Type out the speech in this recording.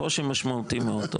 קושי משמעותי מאוד.